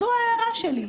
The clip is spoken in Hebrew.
זו ההערה שלי.